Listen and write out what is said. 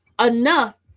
enough